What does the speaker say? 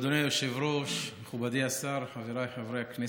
אדוני היושב-ראש, מכובדי השר, חבריי חברי הכנסת,